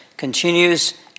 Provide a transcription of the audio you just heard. Continues